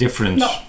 No